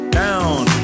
down